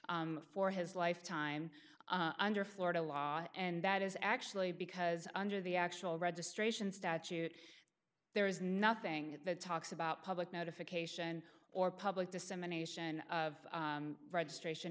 for his lifetime under florida law and that is actually because under the actual registration statute there is nothing that talks about public notification or public dissemination of registration